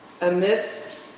Amidst